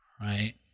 Right